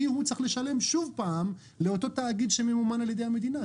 הוא צריך לשלם שוב לאותו תאגיד שממומן על ידי המדינה.